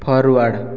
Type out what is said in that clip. forward